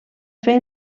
fer